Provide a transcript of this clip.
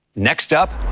next up,